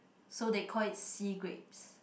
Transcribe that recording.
so they call it sea grapes